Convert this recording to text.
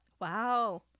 Wow